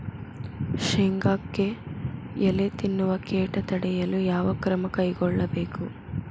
ಶೇಂಗಾಕ್ಕೆ ಎಲೆ ತಿನ್ನುವ ಕೇಟ ತಡೆಯಲು ಯಾವ ಕ್ರಮ ಕೈಗೊಳ್ಳಬೇಕು?